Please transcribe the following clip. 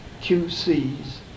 QC's